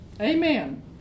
Amen